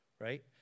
right